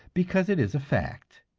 because it is a fact.